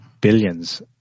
billions